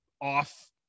off